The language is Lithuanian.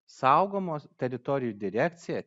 saugomos teritorijų direkcija